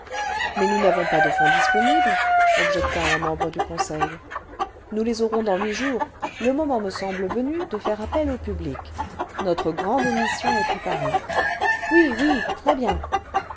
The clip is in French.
mais nous n'avons pas de fonds disponibles objecta un membre du conseil nous les aurons dans huit jours le moment me semble venu de faire appel au public notre grande émission est préparée oui oui très bien